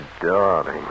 darling